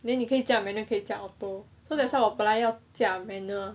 then 你可以这么 manual 可以驾 auto so that's why 我本来要驾 manual